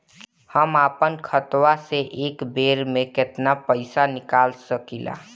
हम आपन खतवा से एक बेर मे केतना पईसा निकाल सकिला?